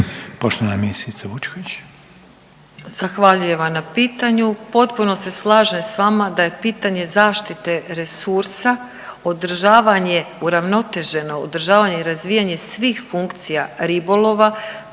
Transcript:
Poštovana ministrica Vučković.